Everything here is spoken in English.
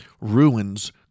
ruins